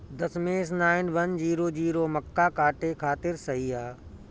दशमेश nine one zero zero मक्का काटे खातिर सही ह?